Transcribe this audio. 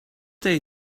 day